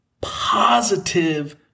positive